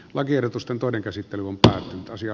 lakiehdotusten todenkö sitten humptahtoisia